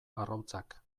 arrautzak